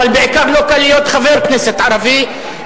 אבל בעיקר לא קל להיות חבר כנסת ערבי,